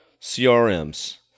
CRMs